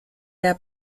der